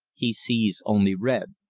he sees only red.